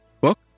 book